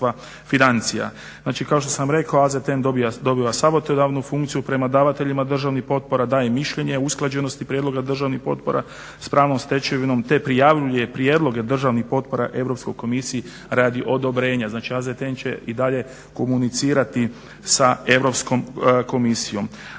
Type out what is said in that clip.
Znači kao što sam rekao AZTN dobiva savjetodavnu funkciju prema davateljima državnih potpora, daje mišljenje, usklađenosti prijedloga državnih potpora s pravnom stečevinom te prijavljuje prijedloge državnih potpora EU komisiji radi odobrenja. Znači AZTN će i dalje komunicirati sa EU komisijom.